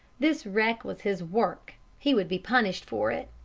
this wreck was his work he would be punished for it.